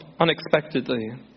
unexpectedly